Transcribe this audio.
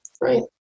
right